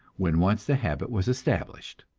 when once the habit was established.